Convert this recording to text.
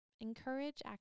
Encourage